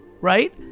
right